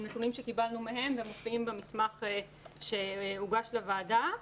נתונים שקיבלנו מהם ומופיעים במסמך שהוגש לוועדה.